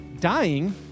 dying